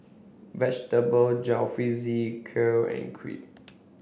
vegetable Jalfrezi Kheer and Crepe